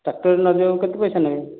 ଟ୍ରାକ୍ଟରରେ ନଦିଆକୁ କେତେ ପଇସା ନେବେ